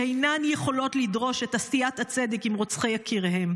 שאינן יכולות לדרוש את עשיית הצדק עם רוצחי יקיריהם.